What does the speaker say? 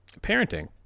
parenting